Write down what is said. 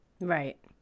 Right